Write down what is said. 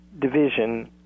division